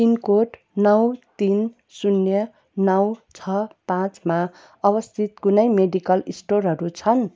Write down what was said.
pin code नौ तिन शून्य नौ छ पाँचमा अवस्थित कुनै मेडिकल स्टोरहरू छन्